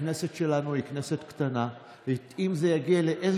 הכנסת שלנו היא כנסת קטנה.